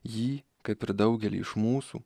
jį kaip ir daugelį iš mūsų